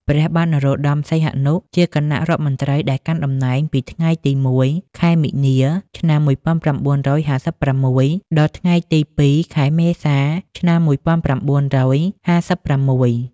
ព្រះបាទនរោត្តម សីហនុ ជាគណៈរដ្ឋមន្ត្រីដែលកាន់តំណែងពីថ្ងៃទី១ ខែមីនា ឆ្នាំ១៩៥៦ ដល់ថ្ងៃទី ២ ខែមេសា ឆ្នាំ១៩៥៦។